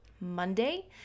Monday